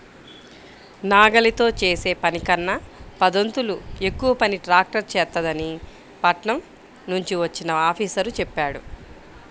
నాగలితో చేసే పనికన్నా పదొంతులు ఎక్కువ పని ట్రాక్టర్ చేత్తదని పట్నం నుంచి వచ్చిన ఆఫీసరు చెప్పాడు